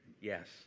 yes